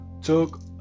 took